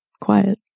quiet